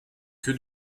que